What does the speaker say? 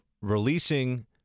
releasing